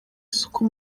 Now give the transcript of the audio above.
isuku